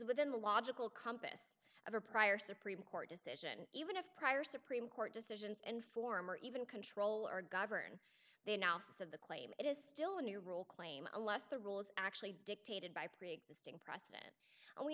within the logical compass of a prior supreme court decision even if prior supreme court decisions and former even control or govern they now face of the claim it is still a new rule claim unless the rules actually dictated by preexisting precedent